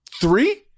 Three